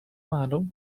معلوم